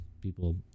people